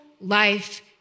life